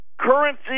Currency